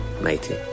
matey